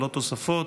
וללא תוספות.